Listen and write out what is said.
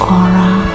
aura